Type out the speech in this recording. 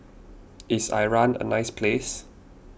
is Iran a nice place